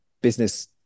business